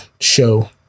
show